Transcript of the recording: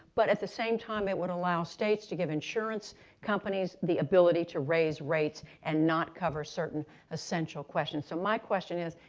but at the same time, it would allow states to give insurance companies the ability to raise rates and not cover certain essential questions. so my question is,